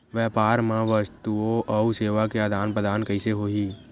व्यापार मा वस्तुओ अउ सेवा के आदान प्रदान कइसे होही?